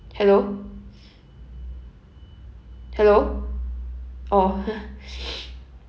hello hello oh